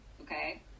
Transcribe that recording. Okay